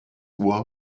uhr